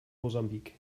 mosambik